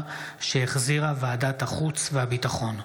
2024, שהחזירה ועדת החוץ והביטחון.